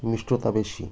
মিষ্টতা বেশি